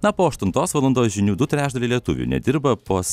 na po aštuntos valandos žinių du trečdaliai lietuvių nedirba pas